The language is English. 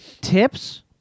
tips